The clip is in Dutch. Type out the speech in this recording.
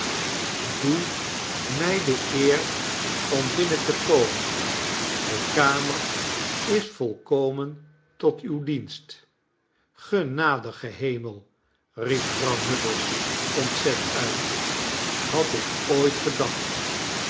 doe mij de eer om binnen te komen de kamer is volkomen tot uw dienst genadige hemel riep vrouw nubbles ontzet uit had ik ooit gedacht